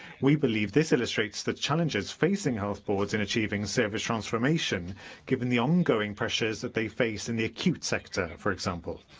we believe that this illustrates the challenges facing health boards in achieving service transformation given the ongoing pressures that they face in the acute sector, for example.